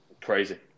Crazy